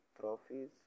trophies